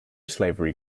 slavery